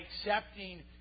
accepting